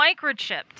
Microchipped